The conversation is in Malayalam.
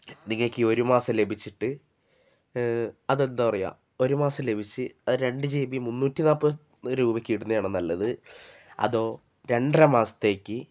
നിങ്ങൾക്കീ ഒരു മാസം ലഭിച്ചിട്ട് അതെന്താ പറയുക ഒരു മാസം ലഭിച്ച് അത് രണ്ട് ജി ബി മുന്നൂറ്റി നാൽപ്പത് രൂപയ്ക്ക് ഇടുന്നതാണോ നല്ലത് അതോ രണ്ടര മാസത്തേക്ക്